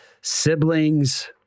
siblings